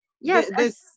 Yes